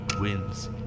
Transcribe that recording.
wins